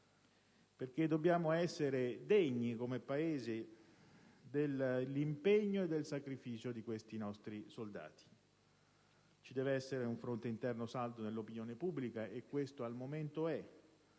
perché dobbiamo essere degni, come Paese, dell'impegno e del sacrificio di questi nostri soldati. Ci deve essere un fronte interno saldo nell'opinione pubblica - e al momento vi